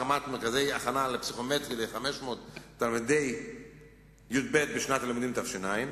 הקמת מרכזי הכנה לפסיכומטרי ל-500 תלמידי י"ב בשנת הלימודים תש"ע,